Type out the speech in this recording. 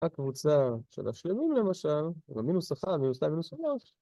הקבוצה של השלמים למשל, זה מינוס אחת, מינוס שתיים, מינוס שלוש.